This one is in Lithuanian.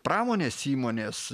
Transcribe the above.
pramonės įmonės